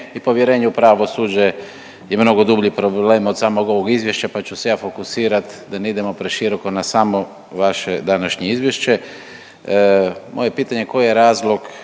i povjerenje u pravosuđe je mnogi dublji problem od samog ovog izvješća pa ću se ja fokusirat da ne idemo preširoko na samo vaše današnje izvješće. Moje je pitanje koji je razlog